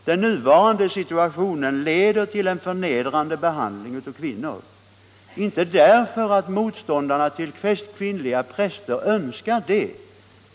Den nuvarande situationen leder till en förnedrande behandling av kvinnor.